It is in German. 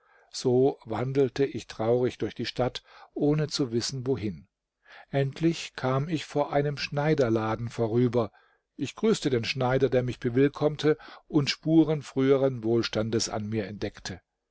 so wandelte ich traurig durch die stadt ohne zu wissen wohin endlich kam ich vor einem schneiderladen vorüber ich grüßte den schneider der mich bewillkommte und spuren früheren wohlstandes an mir entdeckte